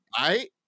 right